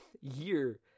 year